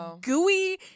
Gooey